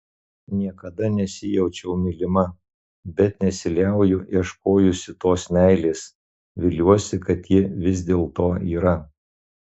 niekada nesijaučiau mylima bet nesiliauju ieškojusi tos meilės viliuosi kad ji vis dėlto yra